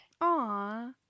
Aw